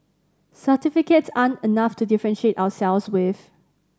certificates aren't enough to differentiate ourselves with